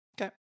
Okay